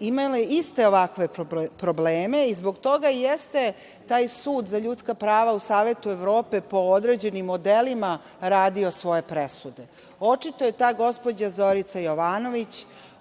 imale iste ovakve probleme. Zbog toga i jeste taj sud za ljudska prava u Savetu Evrope po određenim modelima radio svoje presude. Očito je ta gospođa Zorica Jovanović